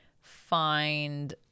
find